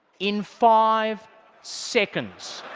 in five seconds.